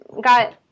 got